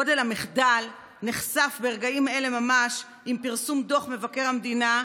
גודל המחדל נחשף ברגעים אלה ממש עם פרסום דוח מבקר המדינה,